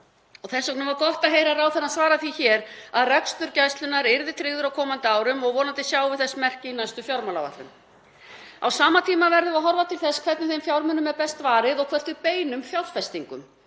og þess vegna var gott að heyra ráðherrann svara því hér að rekstur Gæslunnar yrði tryggður á komandi árum og vonandi sjáum við þess merki í næstu fjármálaáætlun. Á sama tíma verðum við að horfa til þess hvernig þeim fjármunum er best varið og hvert við beinum fjárfestingum.